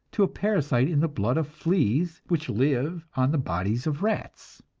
to a parasite in the blood of fleas which live on the bodies of rats!